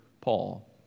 Paul